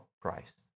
Christ